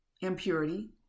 impurity